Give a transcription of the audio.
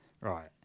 right